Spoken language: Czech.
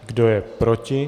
Kdo je proti?